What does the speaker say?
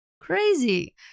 Crazy